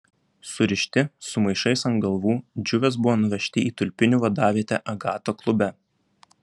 surišti su maišais ant galvų džiuvės buvo nuvežti į tulpinių vadavietę agato klube